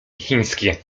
chińskie